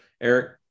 Eric